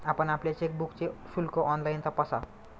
आपण आपल्या चेकबुकचे शुल्क ऑनलाइन तपासा